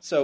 so